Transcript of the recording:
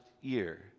year